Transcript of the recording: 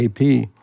AP